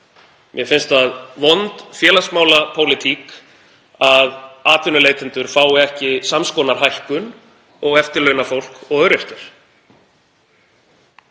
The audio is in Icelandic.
Mér finnst það vond félagsmálapólitík að atvinnuleitendur fái ekki sams konar hækkun og eftirlaunafólk og öryrkjar.